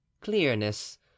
clearness